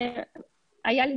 תודה רבה.